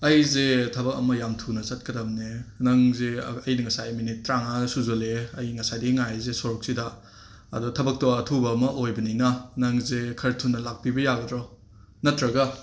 ꯑꯩꯖꯦ ꯊꯕꯛ ꯑꯃ ꯌꯥꯝ ꯊꯨꯅ ꯆꯠꯀꯗꯕꯅꯦ ꯅꯪꯖꯦ ꯑꯩꯅ ꯉꯁꯥꯏ ꯃꯤꯅꯤꯠ ꯇ꯭ꯔꯥꯉꯥ ꯁꯨꯖꯂꯛꯑꯦ ꯑꯩ ꯉꯁꯥꯏꯗꯩ ꯉꯥꯏꯔꯤꯖꯦ ꯁꯣꯔꯣꯛꯁꯤꯗ ꯑꯗꯣ ꯊꯕꯛꯇꯣ ꯑꯊꯨꯕ ꯑꯃ ꯑꯣꯏꯕꯅꯤꯅ ꯅꯪꯖꯦ ꯈꯔ ꯊꯨꯅ ꯂꯥꯛꯄꯤꯕ ꯌꯥꯒꯗ꯭ꯔꯣ ꯅꯇ꯭ꯔꯒ